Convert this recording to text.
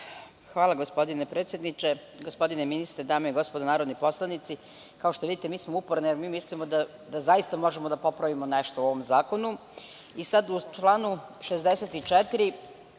Hvala. Gospodine predsedniče, gospodine ministre, dame i gospodo narodni poslanici, kao što vidite, mi smo uporne jer mi mislimo da zaista možemo da popravimo nešto u ovom zakonu.U članu 64.